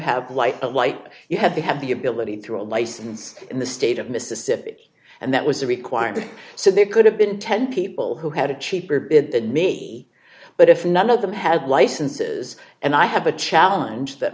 have light and light you had to have the ability to a license in the state of mississippi and that was a requirement so there could have been ten people who had a cheaper bid than me but if none of them had licenses and i have a challenge that